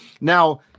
Now